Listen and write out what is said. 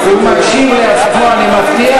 הוא מקשיב לעצמו, אני מבטיח.